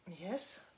Yes